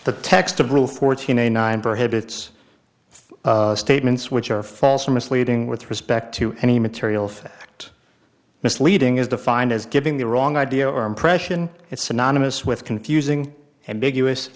the text of rule fourteen a nine prohibits statements which are false or misleading with respect to any material fact misleading is defined as giving the wrong idea or impression it synonymous with confusing ambiguous